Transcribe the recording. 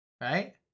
right